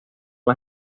las